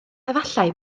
efallai